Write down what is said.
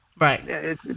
Right